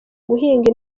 guhinga